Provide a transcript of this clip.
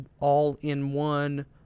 all-in-one